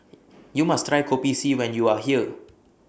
YOU must Try Kopi C when YOU Are here